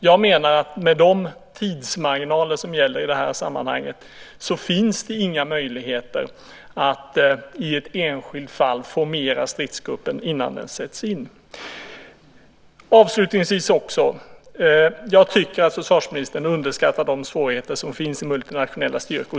Jag menar att med de tidsmarginaler som gäller i detta sammanhang finns det inga möjligheter att i ett enskilt fall formera stridsgruppen innan den sätts in. Avslutningsvis tycker jag att försvarsministern underskattar de svårigheter som finns i multinationella styrkor.